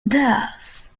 thus